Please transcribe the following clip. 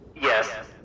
Yes